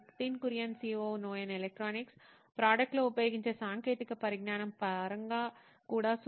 Nitin Kurian COO నోయిన్ electronics product లో ఉపయోగించే సాంకేతిక పరిజ్ఞానం పరంగా కూడా